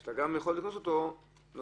אתה גם יכול לקנוס אותו בנוסף